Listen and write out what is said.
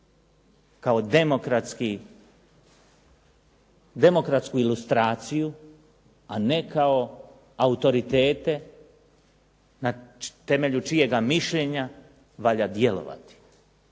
kao demokratsku ilustraciju a ne kao autoritete na temelju čijega mišljenja valja djelovati.